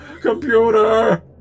Computer